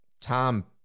Tom